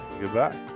Goodbye